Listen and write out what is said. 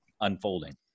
unfolding